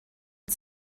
mit